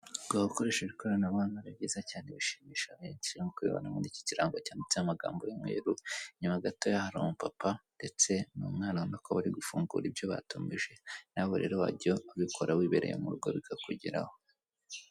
Aho bacururiza amata hari icyuma babikamo amata, amagi abiri ateretse ku meza igikarito cy'amazi ya nili giteretse kuri kontwari mo imbere muri etajeri harimo amajerekani atatu y'umweru.